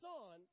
on